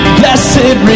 blessed